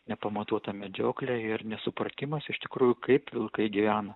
nepamatuota medžioklė ir nesupratimas iš tikrųjų kaip vilkai gyvena